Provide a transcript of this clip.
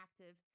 active